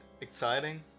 exciting